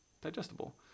digestible